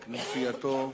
וכנופייתו,